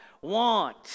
want